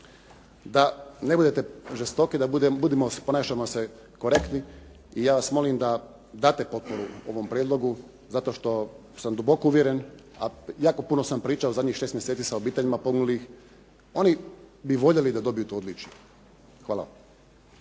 da ne budete žestoki da budemo, ponašajmo se korektno i ja vas molim da date potporu ovom prijedlogu zato što sam duboko uvjeren, a jako puno sam pričao zadnjih 6 mjeseci sa obiteljima poginulih. Oni bi voljeli da dobiju to odličje. Hvala.